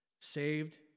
Saved